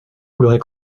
l’aurez